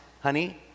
honey